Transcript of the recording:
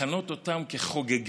לכנות אותם חוגגים